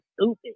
stupid